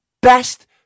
best